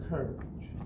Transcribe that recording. Courage